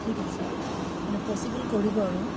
ঠিক আছে মানে পচিবল কৰিব আৰু